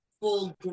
full